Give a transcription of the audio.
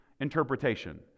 interpretation